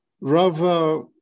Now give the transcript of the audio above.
Rava